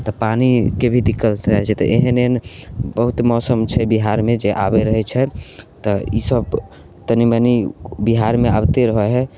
तऽ पानिके भी दिक्कत रहैत छै तऽ एहन एहन बहुत मौसम छै बिहारमे जे आबैत रहैत छै तऽ ई सब तनी मनी बिहारमे आबिते रहैत हय